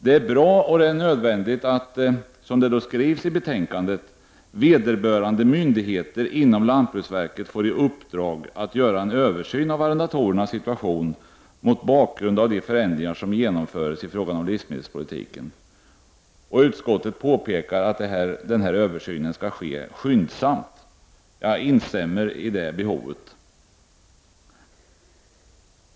Det är bra och nödvändigt att — som det skrivs i betänkandet — vederbörande myndigheter inom lantbruksverket får i uppdrag att göra en översyn av arrendatorernas situation mot bakgrund av de förändringar som genomförs i fråga om livsmedelspolitiken. Utskottet påpekar att översynen skall ske skyndsamt. Jag instämmer i att det behovet föreligger.